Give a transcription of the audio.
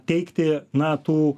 teikti na tų